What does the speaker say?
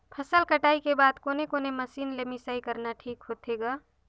फसल कटाई के बाद कोने कोने मशीन ले मिसाई करना ठीक होथे ग?